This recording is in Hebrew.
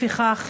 לפיכך,